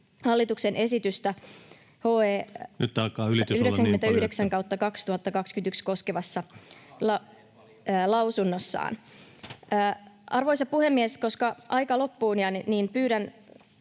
hallituksen esitystä HE 99/2021 vp koskevassa lausunnossaan. Arvoisa puhemies! Koska aika loppuu, niin pyydän